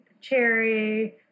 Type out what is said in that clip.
cherry